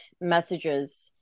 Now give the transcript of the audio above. messages